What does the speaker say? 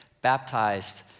baptized